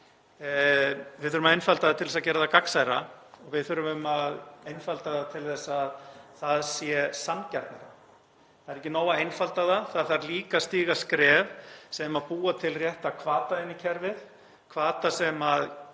Við þurfum að einfalda það til þess að gera það gagnsærra og við þurfum að einfalda það til þess að það verði sanngjarnara. Það er ekki nóg að einfalda það. Það þarf líka að stíga skref sem búa til rétta hvata inn í kerfið, hvata sem